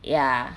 ya